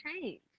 change